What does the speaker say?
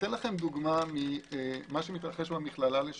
אתן לכם דוגמה ממה שמתרחש במכללה לשוטרים,